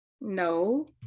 No